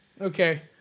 Okay